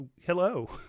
Hello